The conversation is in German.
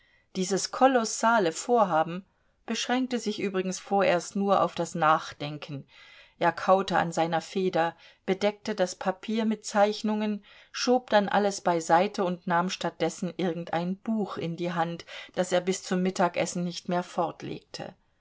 dieses kolossale vorhaben beschränkte sich übrigens vorerst nur auf das nachdenken er kaute an seiner feder bedeckte das papier mit zeichnungen schob dann alles beiseite und nahm statt dessen irgendein buch in die hand das er bis zum mittagessen nicht mehr